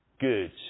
good